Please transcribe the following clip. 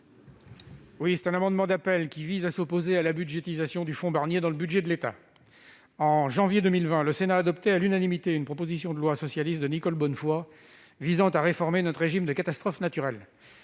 Cet amendement d'appel vise à s'opposer à la budgétisation du fonds Barnier dans le budget de l'État. En janvier 2020, le Sénat adoptait à l'unanimité une proposition de loi socialiste de Nicole Bonnefoy visant à réformer le régime des catastrophes naturelles.